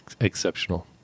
exceptional